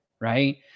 Right